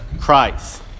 christ